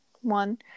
one